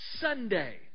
Sunday